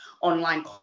online